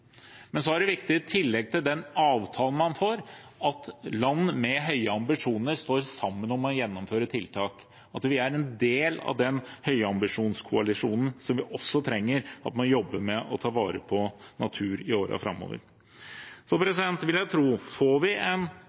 Men i tillegg til den avtalen man får, er det viktig at land med høye ambisjoner står sammen om å gjennomføre tiltak, og at vi er en del av den høyambisjonskoalisjonen som vi også trenger for å jobbe med å ta vare på natur i årene framover. Jeg vil tro at hvis vi får en